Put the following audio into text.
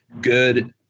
good